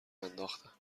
انداختن